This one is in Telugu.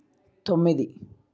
తొమ్మిది